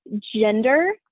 gender